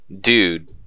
dude